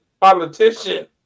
politician